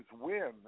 win